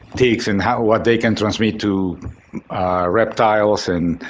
ticks and how what they can transmit to reptiles and